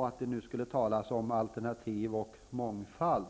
att det nu talas om alternativ och mångfald.